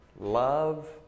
Love